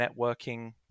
networking